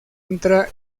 entra